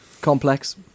Complex